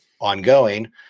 ongoing